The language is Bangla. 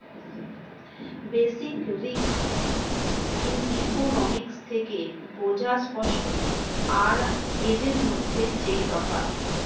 বেসিক রিস্ক ইকনোমিক্স থেকে বোঝা স্পট আর হেজের মধ্যে যেই তফাৎ